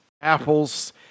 apples